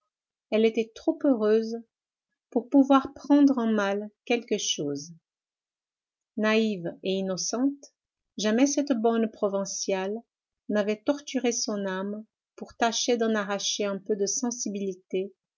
elle était trop heureuse pour pouvoir prendre en mal quelque chose naïve et innocente jamais cette bonne provinciale n'avait torturé son âme pour tâcher d'en arracher un peu de sensibilité